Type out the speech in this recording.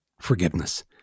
forgiveness